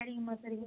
சரிங்கம்மா சரிங்க